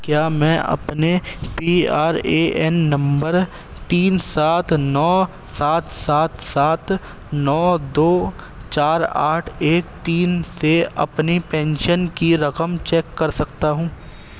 کیا میں اپنے P R A N number تین سات نو سات سات سات نو دو چار آٹھ ایک تین سے اپنی پینشن کی رقم چیک کر سکتا ہوں